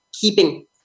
keeping